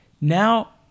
Now